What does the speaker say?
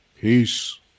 Peace